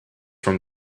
from